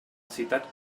citat